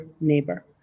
neighbor